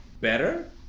better